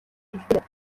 хэлдэг